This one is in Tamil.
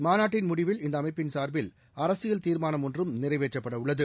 மாநாட்டின் முடிவில் இந்தஅமைப்பின் சார்பில்அரசியல் தீர்மானம் ஒன்றும் நிறைவேற்றப்படஉள்ளது